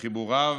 וחיבוריו